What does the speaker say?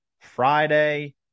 friday